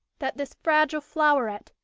that this fragile floweret,